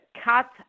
cut